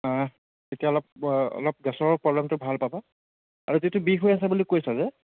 তেতিয়া অলপ অলপ গেছৰ প্ৰব্লেমটো ভাল পাবা আৰু যিটো বিষ হৈ আছে বুলি কৈছা যে